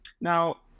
Now